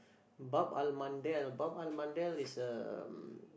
Bab-el-Mandeb Bab-el-Mandeb is a um